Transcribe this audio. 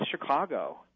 Chicago